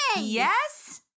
Yes